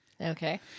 Okay